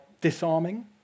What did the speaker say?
disarming